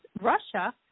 Russia